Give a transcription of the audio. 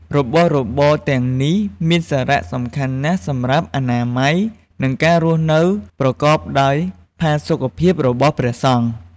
របស់របរទាំងនេះមានសារៈសំខាន់ណាស់សម្រាប់អនាម័យ និងការរស់នៅប្រកបដោយផាសុកភាពរបស់ព្រះសង្ឃ។